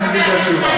ואני אגיד את התשובה.